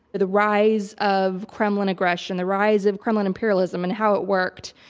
the rise of kremlin aggression, the rise of kremlin imperialism and how it worked,